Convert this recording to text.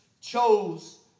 chose